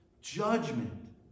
judgment